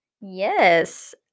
Yes